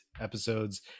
episodes